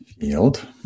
field